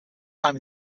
time